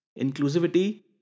Inclusivity